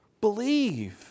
Believe